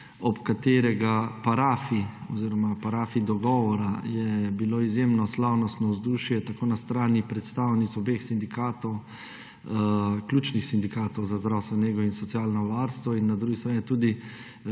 ko je bilo ob parafi dogovora izjemno slavnostno vzdušje, tako na strani predstavnic obeh sindikatov, ključnih sindikatov za zdravstveno nego in socialno varstvo, in na drugi strani tudi